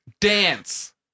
dance